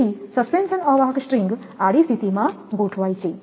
તેથી સસ્પેન્શન અવાહક સ્ટ્રિંગ આડી સ્થિતિમાં ગોઠવાય છે